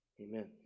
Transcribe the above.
Amen